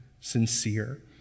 sincere